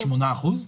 כשזה היה 8%?